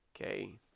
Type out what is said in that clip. Okay